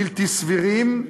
בלתי סבירים,